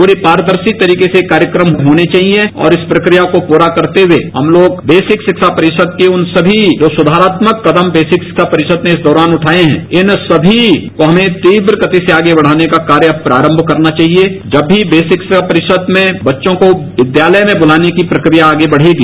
पूरी पारदर्शी तरीके से कार्यक्रम होने चाहिये और इस प्रक्रिया को पूरा करते हुए हम तोग बेसिक शिक्षा परिषद उन सीी जो सुधारात्मक कदम बेसिक शिक्षा परिषद ने इस दौरान ज्यये है इन सभी हमें तीव्रगति से आगे बढ़ाने का कार्य अब प्रारम्म करना चाहिये जब भी बेसिक सिक्सा परिषद में बच्चों को विद्यालय में बुलाने की प्रक्रिया आगे बढ़ेगी